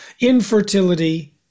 infertility